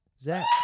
Zach